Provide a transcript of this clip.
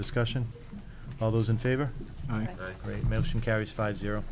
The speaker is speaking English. discussion of those in favor i mention carries five zero